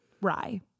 Rye